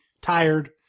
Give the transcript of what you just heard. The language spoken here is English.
tired